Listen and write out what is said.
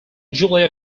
julia